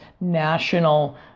national